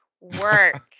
work